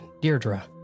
Deirdre